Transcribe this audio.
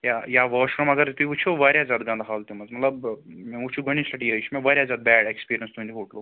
یا یا washroom اگرٔے تُہۍ وُچھو وارِیاہ زیادٕ گنٛدٕ حالتہِ منٛز مطلب مےٚ وُچھ یہِ گۄڈٕنِچ لَٹہِ یہِ یہِ چھِ مےٚ وارِیاہ زیادٕ بیڈ ایکٕسپیٖرینٕس تہنٛدِ ہوٹلُک